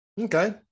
okay